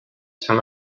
some